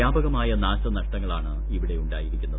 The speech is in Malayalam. വ്യാപകമായ നാശനഷ്ടങ്ങളാണ് ഇവിടെ ഉണ്ടായിരിക്കുന്നത്